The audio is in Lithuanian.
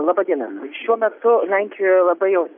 laba diena šiuo metu lenkijoje labai jau